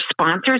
sponsors